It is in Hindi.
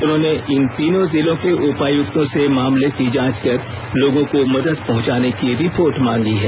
उन्होंने इन तीनों जिलों के उपायुक्तों से मामले की जांच कर लोगों को मदद पहुंचाने की रिपोर्ट मांगी है